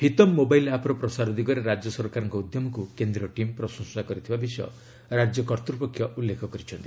ହିତମ୍ mobile ଆପ୍ର ପ୍ରସାର ଦିଗରେ ରାଜ୍ୟ ସରକାରଙ୍କ ଉଦ୍ୟମକୁ କେନ୍ଦ୍ରୀୟ ଟିମ୍ ପ୍ରଶଂସା କରିଥିବା ବିଷୟ ରାଜ୍ୟ କର୍ତ୍ତୃପକ୍ଷ ଉଲ୍ଲେଖ କରିଛନ୍ତି